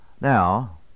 Now